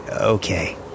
Okay